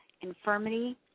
infirmity